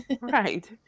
Right